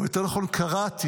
יותר נכון קראתי,